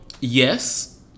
Yes